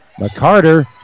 McCarter